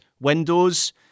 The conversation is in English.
windows